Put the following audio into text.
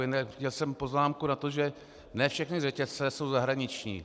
Měl jsem poznámku na to, že ne všechny řetězce jsou zahraniční.